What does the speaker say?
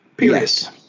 Yes